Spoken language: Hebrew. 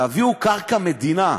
תביאו קרקע מדינה.